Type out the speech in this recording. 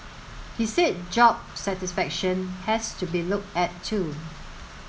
he said job satisfaction has to be looked at too